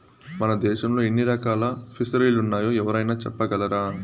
మన దేశంలో ఎన్ని రకాల ఫిసరీలున్నాయో ఎవరైనా చెప్పగలరా